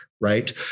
right